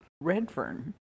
Redfern